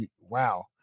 wow